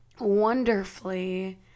wonderfully